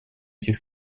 этих